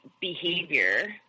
behavior